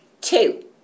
two